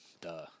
Duh